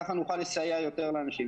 ככה נוכל לסייע יותר לאנשים.